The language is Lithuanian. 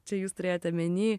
čia jūs turėjot omeny